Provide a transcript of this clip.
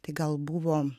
tai gal buvo